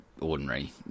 ordinary